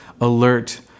alert